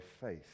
faith